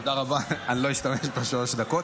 תודה רבה, אני לא אשתמש בשלוש הדקות.